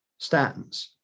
statins